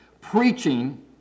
Preaching